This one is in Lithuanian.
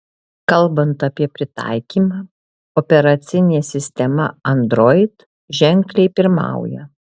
kalbant apie pritaikymą operacinė sistema android ženkliai pirmauja